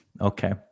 Okay